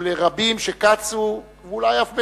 ולרבים שקצו, ואולי אף בצדק,